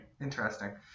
Interesting